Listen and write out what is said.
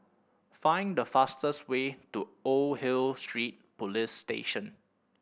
find the fastest way to Old Hill Street Police Station